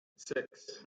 six